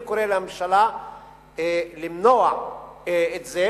אני קורא לממשלה למנוע את זה.